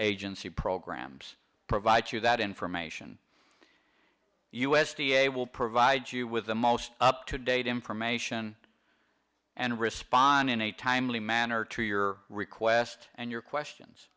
agency programs provide you that information u s d a will provide you with the most up to date information and respond in a timely manner to your request and your questions